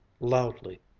loudly,